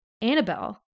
Annabelle